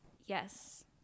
Yes